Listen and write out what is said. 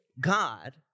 God